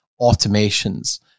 automations